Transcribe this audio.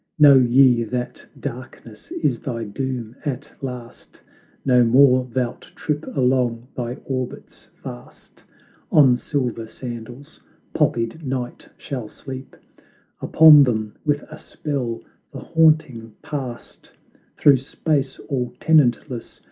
know ye that darkness is thy doom at last no more thou'lt trip along thy orbits fast on silver sandals poppied night shall sleep upon them with a spell the haunting past through space all tenantless,